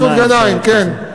מסעוד גנאים, כן.